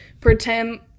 pretend